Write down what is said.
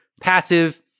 passive